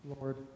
Lord